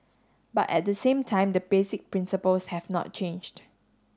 but at the same time the basic principles have not changed